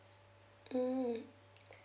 mm